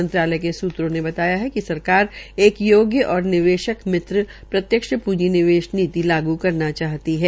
मंत्रालय के सूत्रों ने बतायाकि सरकार एक योग्य और निवेशक मित्र प्रत्यक्ष पूंजी निवेश नीति लागू करना चाहती है